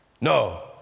No